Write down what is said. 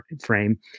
frame